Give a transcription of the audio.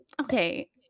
Okay